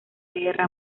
guerra